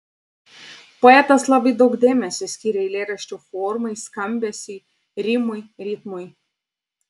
poetas labai daug dėmesio skiria eilėraščio formai skambesiui rimui ritmui